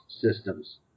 systems